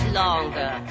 longer